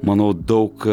manau daug